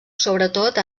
sobretot